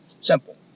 Simple